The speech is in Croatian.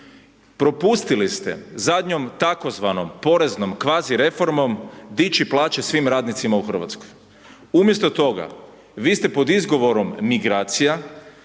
Propustili ste zadnjom tzv. poreznom kvazi reformom dići plaće svim radnicima u Hrvatskoj. Umjesto toga vi ste pod izgovorom migracija